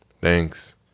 thanks